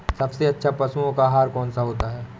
सबसे अच्छा पशुओं का आहार कौन सा होता है?